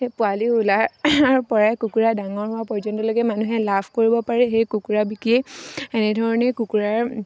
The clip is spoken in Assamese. সেই পোৱালি ওলোৱাৰ পৰাই কুকুৰা ডাঙৰ হোৱা পৰ্যন্তলৈকে মানুহে লাভ কৰিব পাৰে সেই কুকুৰা বিক্ৰী এনেধৰণে কুকুৰাৰ